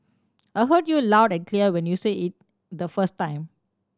I heard you loud and clear when you said it the first time